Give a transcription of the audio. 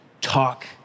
talk